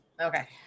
Okay